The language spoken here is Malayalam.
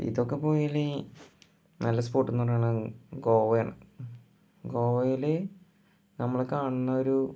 ഇതൊക്കെ പോയതിൽ നല്ല സ്പോട്ടെന്ന് പറയുന്നത് ഗോവയാണ് ഗോവയിൽ നമ്മൾ കാണണൊരു